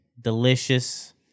Delicious